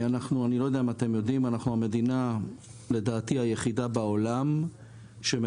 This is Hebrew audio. אנחנו המדינה לדעתי היחידה בעולם שבה